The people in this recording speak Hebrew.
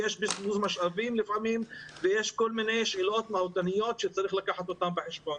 ויש לפעמים בזבוז משאבים וכל מיני שאלות מהותניות שצריך לקחת בחשבון.